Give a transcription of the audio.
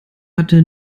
hatte